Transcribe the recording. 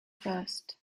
first